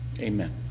amen